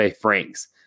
Franks